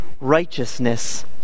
righteousness